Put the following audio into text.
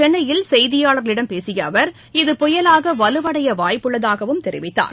சென்னையில் செய்தியாளர்களிடம் பேசிய அவர் புயலாக வலுவடைய இன்று இத வாய்ப்புள்ளதாகவும் தெரிவித்தார்